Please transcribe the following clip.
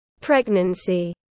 Pregnancy